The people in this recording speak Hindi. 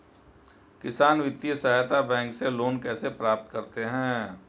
किसान वित्तीय सहायता बैंक से लोंन कैसे प्राप्त करते हैं?